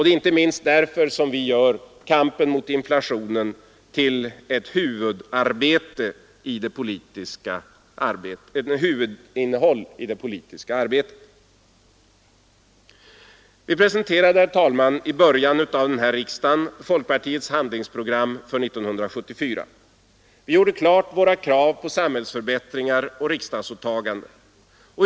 Det är inte minst därför vi gör kampen mot inflationen till ett huvudinnehåll i det politiska arbetet. Vi presenterade, herr talman, i början av denna riksdagssession folkpartiets handlingsprogram för 1974. Vi klargjorde där våra krav på samhällsförbättringar och riksdagsåtaganden.